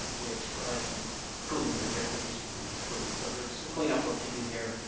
which provide the cooling for the air conditioning in the school. so there is some cleanup work to do there.